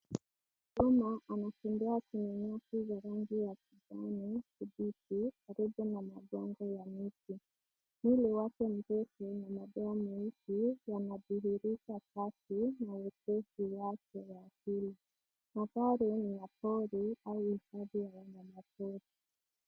Duma anatembea kwenye nyasi za rangi ya kijani kibichi, karibu na mabonde ya miti. Mwili wake mrefu na mweusi una dhijhirisha kasi na urefu wake wa asili. Mandhari ni ya pori au hifadhi ya wanyamapori.